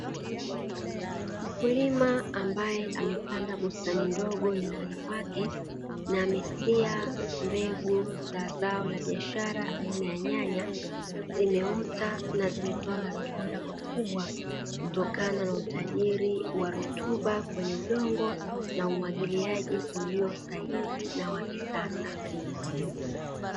Mkulima ambae amepanda bustani ndogo nyumbani kwake na amesia mbegu za zao la biashara aina ya nyanya, zimeota na zimetoa matunda makubwa kutokana na utajiri wa rutuba kwenye udongo na umwagiliaji ulio sahihi na wa kisasa.